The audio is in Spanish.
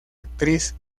actriz